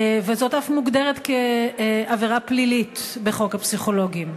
וזו אף מוגדרת כעבירה פלילית בחוק העונשין.